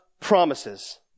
promises